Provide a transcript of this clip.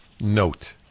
note